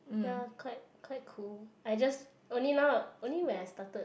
ya quite quite cool I just only now only when I started